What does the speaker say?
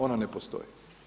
Ona ne postoji.